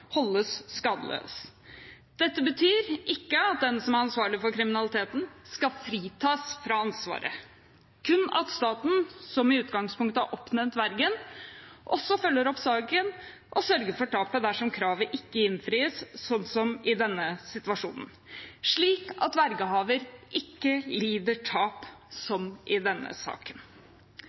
holdes skadesløs. Dette betyr ikke at den som er ansvarlig for kriminaliteten, skal fritas fra ansvaret, kun at staten, som i utgangspunktet har oppnevnt vergen, også følger opp saken og sørger for tapet dersom kravet ikke innfris, slik som i denne situasjonen, slik at vergehaver ikke lider tap.